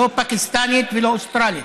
לא פקיסטנית ולא אוסטרלית.